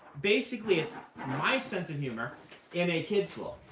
basically it's sense of humor in a kid's book.